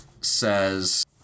says